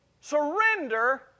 surrender